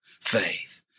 faith